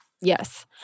Yes